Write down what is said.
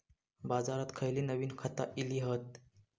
बाजारात खयली नवीन खता इली हत?